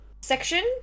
section